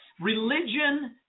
religion